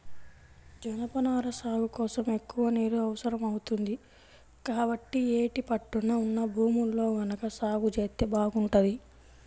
జనపనార సాగు కోసం ఎక్కువ నీరు అవసరం అవుతుంది, కాబట్టి యేటి పట్టున ఉన్న భూముల్లో గనక సాగు జేత్తే బాగుంటది